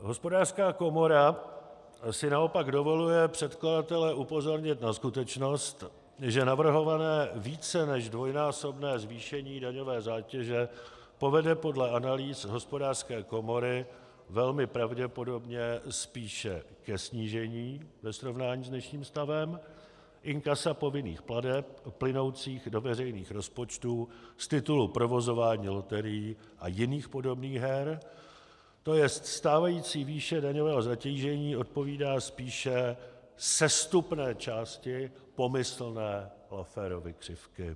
Hospodářská komora si naopak dovoluje předkladatele upozornit na skutečnost, že navrhované více než dvojnásobné zvýšení daňové zátěže povede podle analýz Hospodářské komory velmi pravděpodobně spíše ke snížení ve srovnání s dnešním stavem inkasa povinných plateb plynoucích do veřejných rozpočtů z titulu provozování loterií a jiných podobných her, to jest stávající výše daňového zatížení odpovídá spíše sestupné části pomyslné Lafferovy křivky.